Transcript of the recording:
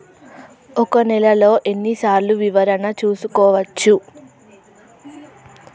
ఒక నెలలో ఎన్ని సార్లు వివరణ చూసుకోవచ్చు?